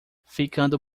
ficando